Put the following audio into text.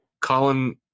Colin